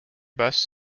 bus